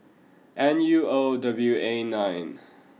N U O W A nine